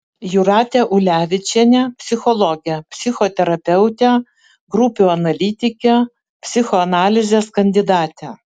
jūratė ulevičienė psichologė psichoterapeutė grupių analitikė psichoanalizės kandidatė